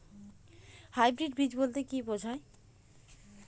Hybrid বীজ বলতে কী বোঝায়?